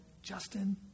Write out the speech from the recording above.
Justin